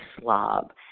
slob